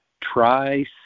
try